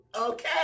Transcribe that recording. okay